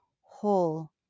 whole